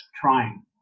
trying